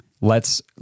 lets